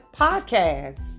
Podcast